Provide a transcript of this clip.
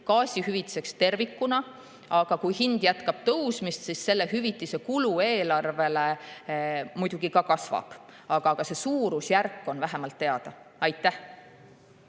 gaasihüvitiseks tervikuna, aga kui hind jätkab tõusmist, siis selle hüvitise kulu eelarvele muidugi ka kasvab. Aga vähemalt suurusjärk on teada. Aitäh!